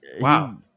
Wow